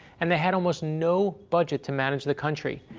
and they had almost no budget to manage the country.